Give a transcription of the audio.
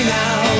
now